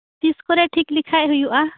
ᱛᱤᱥᱠᱚᱨᱮ ᱴᱷᱤᱠ ᱞᱮᱠᱷᱟᱡ ᱦᱩᱭᱩᱜᱼᱟ